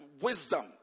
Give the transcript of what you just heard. wisdom